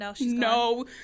No